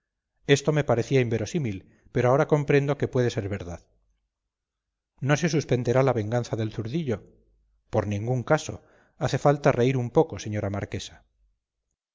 esto me parecía inverosímil pero ahora comprendo que puede ser verdad no se suspenderá la venganza del zurdillo por ningún caso hace falta reír un poco señora marquesa